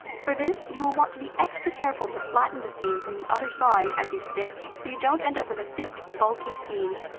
for this, you will want to be extra careful to flatten the seam from the other side as you stitch, so you don't end up with a thick, bulky seam.